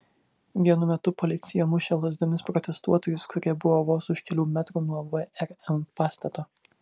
vienu metu policija mušė lazdomis protestuotojus kurie buvo vos už kelių metrų nuo vrm pastato